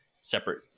separate